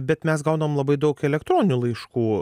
bet mes gaunam labai daug elektroninių laiškų